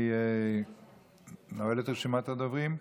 אני נועל את ישיבת הדוברים.